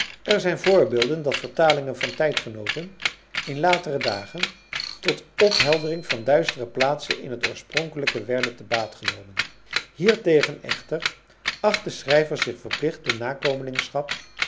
er zijn voorbeelden dat vertalingen van tijdgenooten in latere dagen tot opheldering van duistere plaatsen in het oorspronkelijke werden te baat genomen hiertegen echter acht de schrijver zich verplicht de